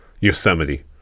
Yosemite